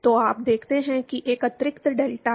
तो आप देखते हैं कि एक अतिरिक्त डेल्टा है